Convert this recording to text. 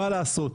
מה לעשות?